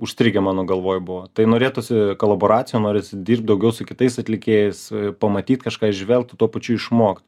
užstrigę mano galvoj buvo tai norėtųsi koloboracijom norisi dirbt daugiau su kitais atlikėjais pamatyt kažką įžvelgt tuo pačiu išmokt